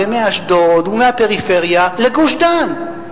מאשדוד ומהפריפריה לגוש-דן.